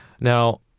Now